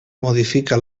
modifica